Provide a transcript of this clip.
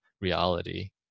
reality